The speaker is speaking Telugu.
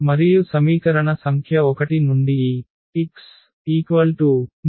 మరియు సమీకరణ సంఖ్య 1 నుండి ఈ x12 ను పొందవచ్చు